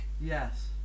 Yes